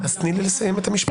תן לי מספרים.